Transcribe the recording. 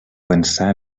pensar